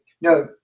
no